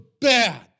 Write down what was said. bad